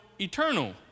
eternal